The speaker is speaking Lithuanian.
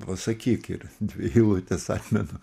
pasakyk ir dvi eilutes atmenu